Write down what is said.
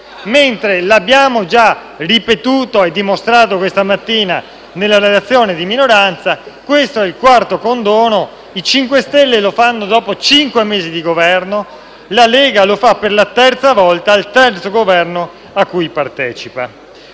mentre, come abbiamo già ripetuto e dimostrato questa mattina nella relazione di minoranza, questo è il quarto condono. Il Movimento 5 Stelle lo fa dopo cinque mesi di Governo, la Lega lo fa per la terza volta al terzo Governo a cui partecipa.